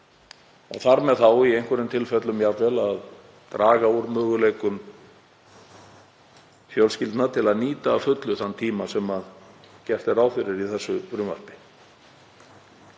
þar með þá í einhverjum tilfellum jafnvel að draga úr möguleikum fjölskyldna til að nýta að fullu þann tíma sem gert er ráð fyrir í þessu frumvarpi,